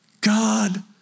God